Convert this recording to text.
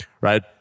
right